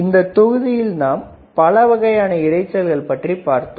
இந்த தொகுதியில் நாம் பலவகையான இரைச்சல்களை பற்றி பார்த்தோம்